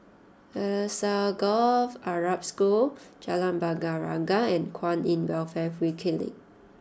Alsagoff Arab School Jalan Bunga Raya and Kwan In Welfare Free Clinic